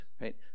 right